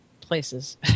places